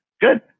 Good